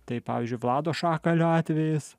tai pavyzdžiui vlado šakalio atvejis